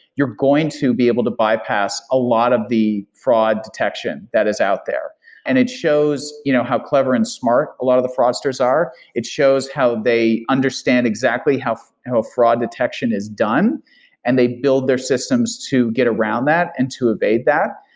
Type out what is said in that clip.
you're going to be able to bypass a lot of the fraud detection that is out there and it shows you know how clever and smart a lot of the fraudsters are. it shows how they understand exactly how how fraud detection is done and they build their systems to get around that and to evade that.